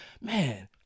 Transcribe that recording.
man